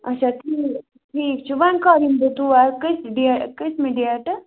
اچھا ٹھیٖک ٹھیٖک چھُ وۄنۍ کَر یِمہٕ بہٕ تور کٔژِ ڈیٹ کٔژمہِ ڈیٹہٕ